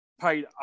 paid